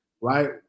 right